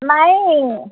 ନାଇଁ